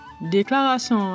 déclaration